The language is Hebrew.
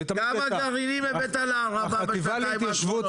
כמה גרעינים הבאת לערבה בשנתיים האחרונות?